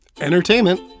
entertainment